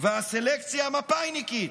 והסלקציה המפא"יניקיות.